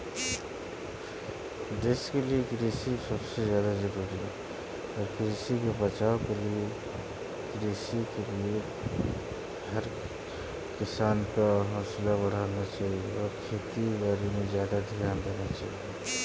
कृषि में डिजिटिकरण से तू काउची समझा हीं?